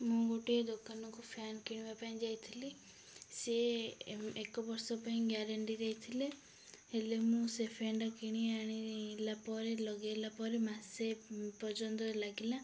ମୁଁ ଗୋଟିଏ ଦୋକାନକୁ ଫ୍ୟାନ୍ କିଣିବା ପାଇଁ ଯାଇଥିଲି ସିଏ ଏକ ବର୍ଷ ପାଇଁ ଗ୍ୟାରେଣ୍ଟି ଦେଇଥିଲେ ହେଲେ ମୁଁ ସେ ଫ୍ୟାନ୍ଟା କିଣି ଆଣିଲା ପରେ ଲଗାଇଲା ପରେ ମାସେ ପର୍ଯ୍ୟନ୍ତ ଲାଗିଲା